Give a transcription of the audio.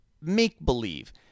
make-believe